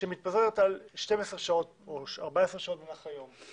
שמתפזרת על 12 שעות או 14 שעות במהלך היום.